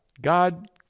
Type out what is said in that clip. God